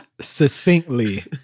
succinctly